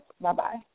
Bye-bye